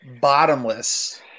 bottomless